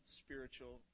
spiritual